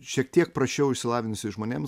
šiek tiek prasčiau išsilavinusiais žmonėm